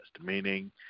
meaning